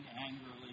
angrily